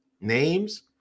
Names